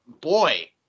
Boy